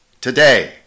today